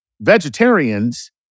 vegetarians